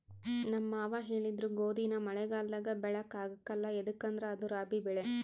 ನಮ್ ಮಾವ ಹೇಳಿದ್ರು ಗೋದಿನ ಮಳೆಗಾಲದಾಗ ಬೆಳ್ಯಾಕ ಆಗ್ಕಲ್ಲ ಯದುಕಂದ್ರ ಅದು ರಾಬಿ ಬೆಳೆ